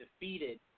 defeated